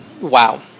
Wow